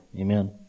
Amen